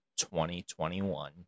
2021